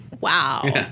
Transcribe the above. Wow